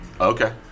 Okay